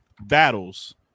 battles